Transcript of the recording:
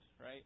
right